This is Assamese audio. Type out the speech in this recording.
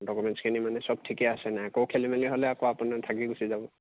ডকুমেটছখিনি মানে সব ঠিকে আছেনে আকৌ খেলিমেলি হ'লে আকৌ আপোনাৰ থাকি গুচি যাব